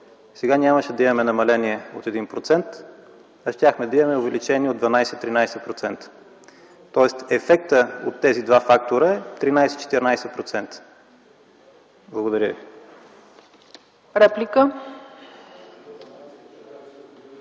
сега нямаше да имаме намаление от 1%, а щяхме да имаме увеличение от 12-13%. Тоест, ефектът от тези два фактора е 13-14%. Благодаря ви.